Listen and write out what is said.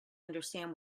understand